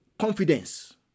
confidence